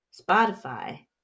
Spotify